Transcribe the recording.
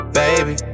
baby